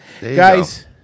Guys